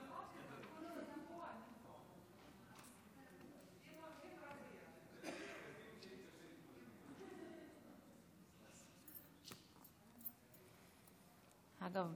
אגב,